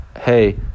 hey